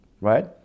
right